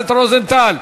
רוזנטל,